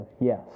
Yes